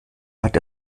hat